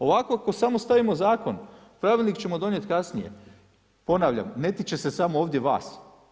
Ovako ako samo stavimo zakon pravilnik ćemo donijet kasnije, ponavljam, ne tiče se samo ovdje vas.